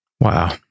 Wow